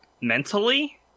mentally